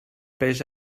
peix